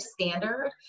standard